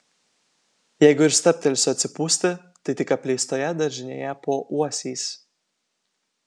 jeigu ir stabtelsiu atsipūsti tai tik apleistoje daržinėje po uosiais